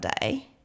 day